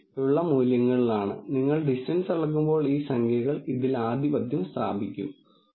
ഉത്തരങ്ങൾ തൃപ്തികരമാകുന്നതുവരെ നിങ്ങൾ ഈ പ്രക്രിയ തുടരുകയും ഈ പ്രക്രിയയിൽ നിങ്ങൾ അദൃശ്യമായത് എങ്ങനെ കാണുന്നുവെന്ന് ശ്രദ്ധിക്കുകയും ചെയ്യുക